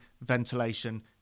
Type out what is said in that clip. ventilation